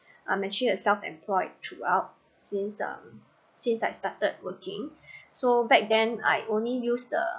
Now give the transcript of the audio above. I'm actually a self employed throughout since um since I started working so back then I only use the